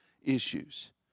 issues